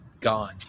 Gone